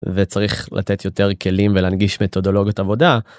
וצריך לתת יותר כלים ולהנגיש מתודולוגות עבודה.